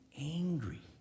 angry